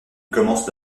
commence